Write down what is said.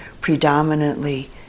predominantly